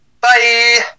Bye